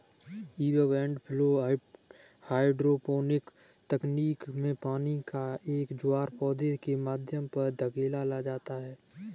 ebb and flow hydroponic तकनीक में पानी का एक ज्वार पौधे के माध्यम पर धकेला जाता है